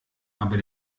aber